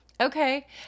Okay